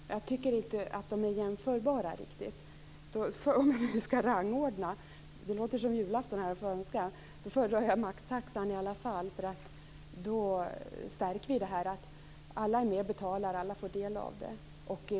Fru talman! Jag tycker inte att de riktigt är jämförbara. Om vi skall rangordna - det låter som på julafton då man får önska - föredrar jag maxtaxan i alla fall. Det stärker tanken att alla är med och betalar, alla får del av det.